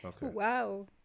Wow